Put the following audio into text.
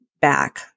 back